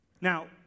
Now